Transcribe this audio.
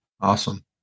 Awesome